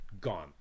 gone